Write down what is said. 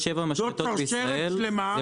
זאת שרשרת שלמה וככה זה עובד.